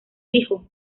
hijo